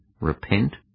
Repent